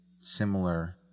similar